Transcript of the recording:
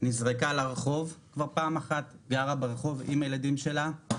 נזרקה לרחוב כבר פעם אחת גרה ברחוב עם הילדים שלה,